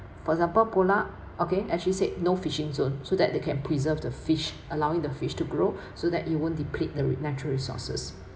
for example polar okay actually said no fishing zone so that they can preserve the fish allowing the fish to grow so that you won't deplete the natural resources